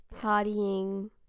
Partying